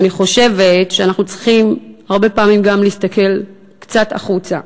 ואני חושבת שאנחנו צריכים הרבה פעמים גם להסתכל קצת החוצה.